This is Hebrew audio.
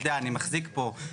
אני מחזיק פה,